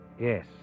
Yes